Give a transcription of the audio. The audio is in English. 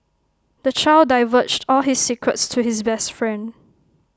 the child divulged all his secrets to his best friend